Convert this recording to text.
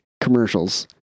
Commercials